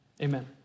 Amen